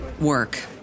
work